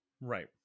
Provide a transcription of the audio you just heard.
Right